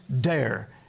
dare